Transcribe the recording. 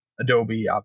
Adobe